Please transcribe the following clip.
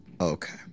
Okay